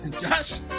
Josh